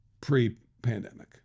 pre-pandemic